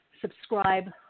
subscribe